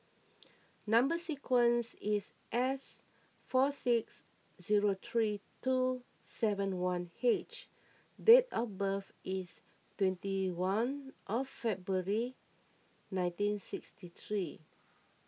Number Sequence is S four six zero three two seven one H and date of birth is twenty one February nineteen sixty three